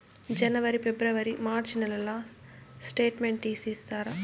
జనవరి, ఫిబ్రవరి, మార్చ్ నెలల స్టేట్మెంట్ తీసి ఇస్తారా?